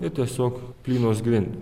ir tiesiog plynos grindys